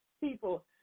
people